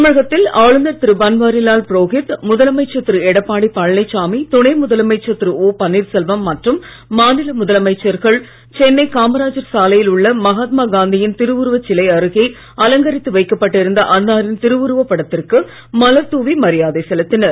தமிழகத்தில் ஆளுநர் திரு பன்வாரி லால் புரோகித் முதலமைச்சர் திரு எடப்பாடி பழனிசாமி துணை முதலமைச்சர் திரு ஓ பன்னீர்செல்வம் மற்றும் மாநில அமைச்சர்கள் சென்னை காமராஜர் சாலையில் உள்ள மகாத்மா காந்தியின் திருவுருவச் சிலை அருகே அலங்கரித்து வைக்கப்பட்டிருந்த அன்னாரின் திருவுருவப் படத்திற்கு மலர் தூவி மரியாதை செலுத்தினர்